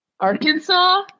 Arkansas